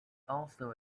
also